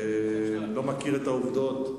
אני לא מכיר את העובדות.